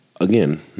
Again